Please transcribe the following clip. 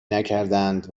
نکردند